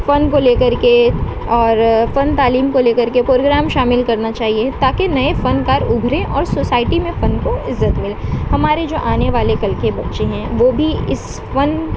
فن کو لے کر کے اور فن تعلیم کو لے کر کے پروگرام شامل کرنا چاہیے تا کہ نئے فن کار ابھریں اور سوسائٹی میں فن کو عزت ملے ہمارے جو آنے والے کل کے بچے ہیں وہ بھی اس فن